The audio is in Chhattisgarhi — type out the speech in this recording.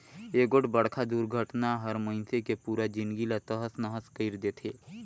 एगोठ बड़खा दुरघटना हर मइनसे के पुरा जिनगी ला तहस नहस कइर देथे